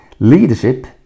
Leadership